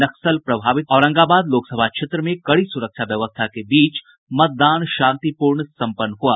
नक्सल प्रभावित औरंगाबाद लोकसभा क्षेत्र में कड़ी सुरक्षा व्यवस्था के बीच मतदान शांतिपूर्ण सम्पन्न हुआ